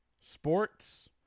sports